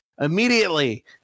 immediately